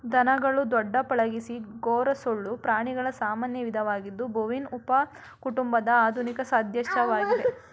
ದನಗಳು ದೊಡ್ಡ ಪಳಗಿಸಿದ ಗೊರಸುಳ್ಳ ಪ್ರಾಣಿಗಳ ಸಾಮಾನ್ಯ ವಿಧವಾಗಿದ್ದು ಬೋವಿನಿ ಉಪಕುಟುಂಬದ ಆಧುನಿಕ ಸದಸ್ಯವಾಗಿವೆ